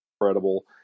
incredible